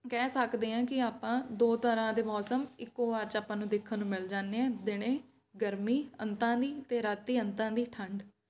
ਕਹਿ ਸਕਦੇ ਹਾਂ ਕਿ ਆਪਾਂ ਦੋ ਤਰ੍ਹਾਂ ਦੇ ਮੌਸਮ ਇੱਕੋ ਵਾਰ 'ਚ ਆਪਾਂ ਨੂੰ ਦੇਖਣ ਨੂੰ ਮਿਲ ਜਾਂਦੇ ਹੈ ਦਿਨੇ ਗਰਮੀ ਅੰਤਾਂ ਦੀ ਅਤੇ ਰਾਤੀ ਅੰਤਾਂ ਦੀ ਠੰਡ